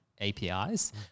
APIs